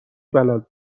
بلد